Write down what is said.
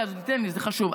תן לי, זה חשוב.